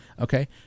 Okay